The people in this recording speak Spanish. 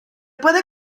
puede